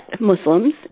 Muslims